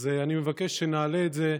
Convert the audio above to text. אז אני מבקש שנעלה את זה לסדר-היום.